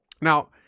Now